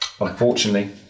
Unfortunately